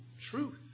truth